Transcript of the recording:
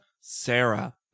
Sarah